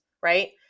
right